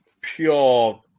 pure